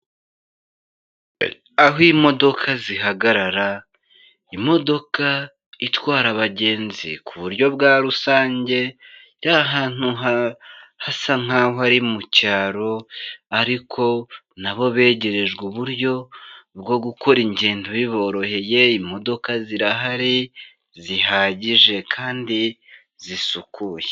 Aho imodoka zihagarara, imodoka itwara abagenzi ku buryo bwa rusange iri ahantu hasa nk'aho ari mu cyaro, ariko na bo begerejwe uburyo bwo gukora ingendo biboroheye, imodoka zirahari zihagije kandi zisukuye.